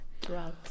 throughout